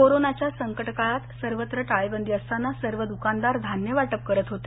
कोरोनाच्या संकट काळात सर्वत्र टाळेबंदी असताना सर्व द्कानदार धान्य वाटप करत होते